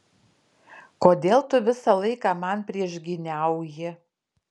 kodėl tu visą laiką man priešgyniauji